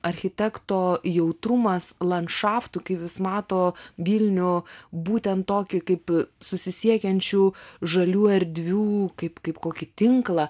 architekto jautrumas landšafto kai vis mato vilnių būtent tokį kaip susisiekiančių žalių erdvių kaip kaip kokį tinklą